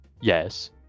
Yes